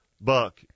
buck